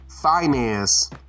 Finance